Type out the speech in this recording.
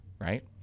right